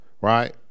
right